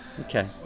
Okay